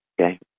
Okay